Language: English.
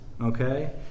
Okay